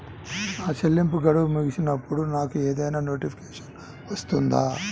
నా చెల్లింపు గడువు ముగిసినప్పుడు నాకు ఏదైనా నోటిఫికేషన్ వస్తుందా?